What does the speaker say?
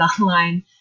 online